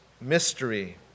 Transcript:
mystery